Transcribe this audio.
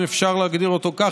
אם אפשר להגדיר אותו כך,